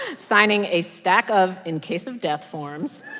ah signing a stack of in-case-of-death forms,